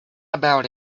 about